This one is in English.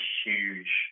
huge